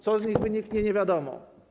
Co z nich wyniknie, nie wiadomo.